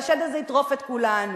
והשד הזה יטרוף את כולנו.